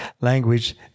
language